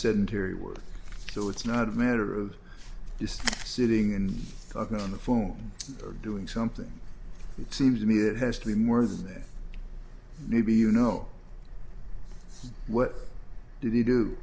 sedentary work so it's not a matter of just sitting and talking on the phone or doing something it seems to me it has to be more than maybe you know what